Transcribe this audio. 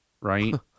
Right